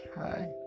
Hi